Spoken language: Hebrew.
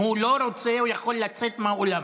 אם הוא לא רוצה, הוא יכול לצאת מהאולם.